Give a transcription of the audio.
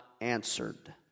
answered